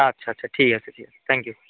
আচ্ছা আচ্ছা ঠিক আছে ঠিক আছে থ্যাংক ইউ